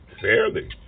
fairly